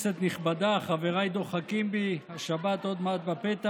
נכבדה, חבריי דוחקים בי, השבת עוד מעט בפתח.